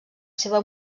seva